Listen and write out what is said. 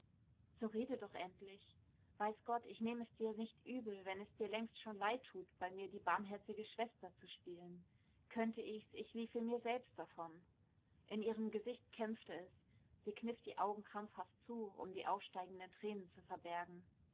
so rede doch endlich weiß gott ich nehm's dir nicht übel wenn es dir längst schon leid tut bei mir die barmherzige schwester zu spielen könnte ich's ich liefe mir selbst davon in ihrem gesicht kämpfte es sie kniff die augen krampfhaft zu um die aufsteigenden tränen zu verbergen